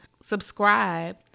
subscribe